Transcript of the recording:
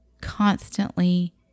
constantly